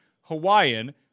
Hawaiian